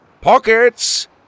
Pockets